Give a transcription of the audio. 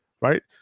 right